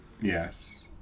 yes